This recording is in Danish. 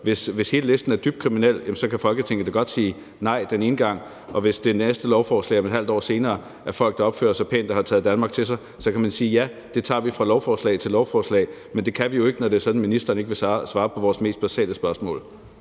Hvis alle på listen er dybt kriminelle, kan Folketinget da godt sige nej til det den ene gang, og hvis det næste lovforslag et halvt år senere indeholder folk, der opfører sig pænt og har taget Danmark til sig, så kan man sige ja. Det tager vi fra lovforslag til lovforslag, men det kan vi jo ikke, når det er sådan, at ministeren ikke vil svare på vores mest basale spørgsmål.